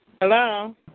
Hello